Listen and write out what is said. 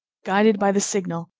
guided by the signal,